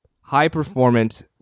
high-performance